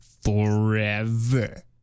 forever